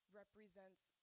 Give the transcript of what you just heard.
represents